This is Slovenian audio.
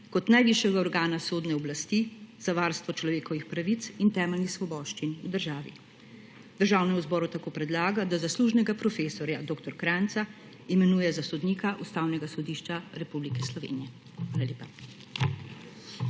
kot najvišjega organa sodne oblasti za varstvo človekovih pravic in temeljnih svoboščin v državi. Državnemu zboru tako predlaga, da zaslužnega profesorja dr. Kranjca imenuje za sodnika Ustavnega sodišča Republike Slovenije. Hvala lepa.